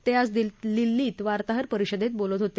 ते आज दिल्लीत वार्ताहर परिषदेत बोलत होते